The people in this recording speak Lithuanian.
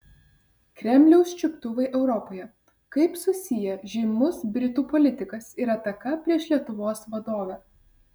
kremliaus čiuptuvai europoje kaip susiję žymus britų politikas ir ataka prieš lietuvos vadovę